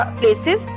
places